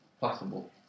possible